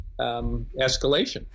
escalation